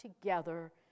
together